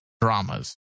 dramas